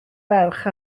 ferch